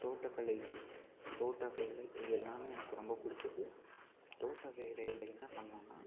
தோட்டக்கலை தோட்ட வேலை இது எல்லாமே எனக்கு ரொம்ப பிடிச்சது தோட்ட வேலையில் என்ன பண்ணணும்ன்னா